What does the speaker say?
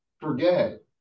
forget